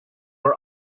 are